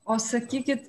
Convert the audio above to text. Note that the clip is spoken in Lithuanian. o sakykit